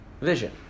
vision